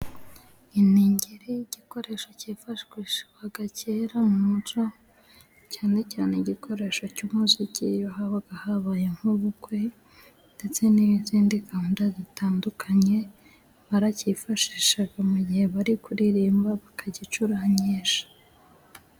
Iningiri igikoresho cyifashihwaga kera muco cyane cyane igikoresho cy'umuziki, iyo habaga habaye nk'ubukwe ndetse n'izindi gahunda zitandukanye barakifashishaga mu gihe bari kuririmba bakagicurangisha.